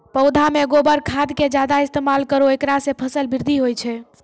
पौधा मे गोबर खाद के ज्यादा इस्तेमाल करौ ऐकरा से फसल बृद्धि होय छै?